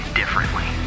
differently